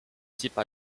type